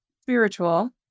spiritual